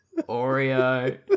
Oreo